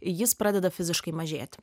jis pradeda fiziškai mažėti